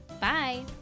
Bye